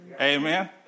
Amen